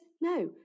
No